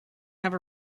have